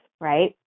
right